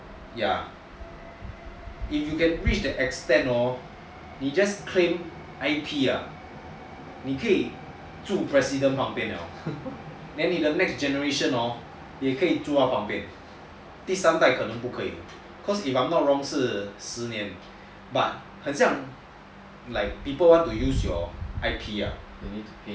ya if you can reach that extent hor you just claimed I_T ah 你可以住 president 旁边了 then 你的 next generation hor 也可以住她旁边第三代的人不可以 cause if I'm not wrong 是十年 but 很像 like people want to use you I_T ah